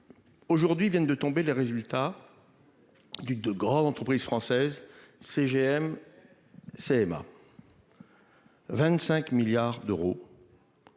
Aujourd'hui viennent de tomber les résultats. Du de grandes entreprises françaises CGM. CMA. 25 milliards d'euros.